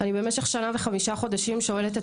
אני במשך שנה וחמישה חודשים שואלת את